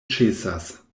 ĉesas